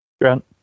Grant